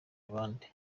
abandi